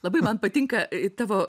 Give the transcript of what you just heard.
labai man patinka tavo